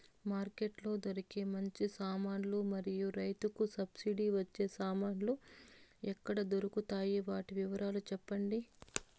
Market లో దొరికే మంచి సామాన్లు మరియు రైతుకు సబ్సిడి వచ్చే సామాన్లు ఎక్కడ దొరుకుతాయి? వాటి వివరాలు సెప్పండి?